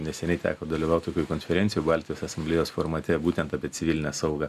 neseniai teko dalyvaut tokioj konferencijoj baltijos asamblėjos formate ir būtent apie civilinę saugą